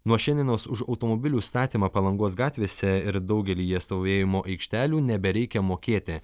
nuo šiandienos už automobilių statymą palangos gatvėse ir daugelyje stovėjimo aikštelių nebereikia mokėti